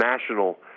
national